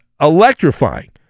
electrifying